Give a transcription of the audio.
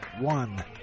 one